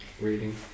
reading